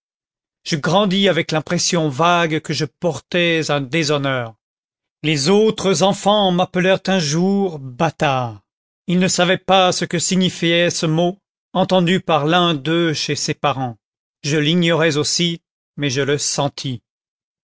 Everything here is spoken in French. je grandis avec l'impression vague que je portais un déshonneur les autres enfants m'appelèrent un jour bâtard ils ne savaient pas ce que signifiait ce mot entendu par l'un d'eux chez ses parents je l'ignorais aussi mais je le sentis